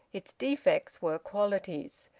its defects were qualities.